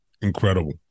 incredible